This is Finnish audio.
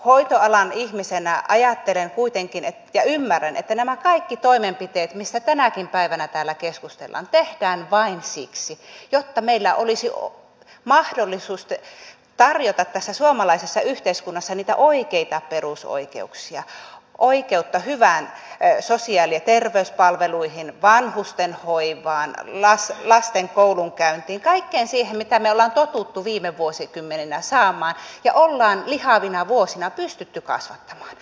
hoitoalan ihmisenä ajattelen ja ymmärrän kuitenkin että nämä kaikki toimenpiteet mistä tänäkin päivänä täällä keskustellaan tehdään vain siksi jotta meillä olisi mahdollisuus tarjota tässä suomalaisessa yhteiskunnassa niitä oikeita perusoikeuksia oikeutta hyviin sosiaali ja terveyspalveluihin vanhustenhoivaan lasten koulunkäyntiin kaikkeen siihen mitä me olemme tottuneet viime vuosikymmeninä saamaan ja olemme lihavina vuosina pystyneet kasvattamaan